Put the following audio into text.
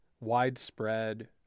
widespread